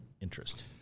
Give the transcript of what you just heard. interest